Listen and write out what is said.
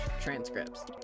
transcripts